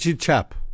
chap